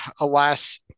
alas